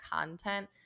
content